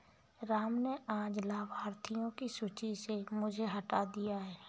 राम ने आज लाभार्थियों की सूची से मुझे हटा दिया है